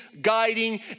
guiding